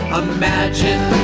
imagine